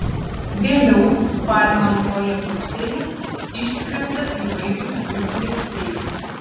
vėliau spalio antroje pusėje išskrenda įvairūs grūdlesiai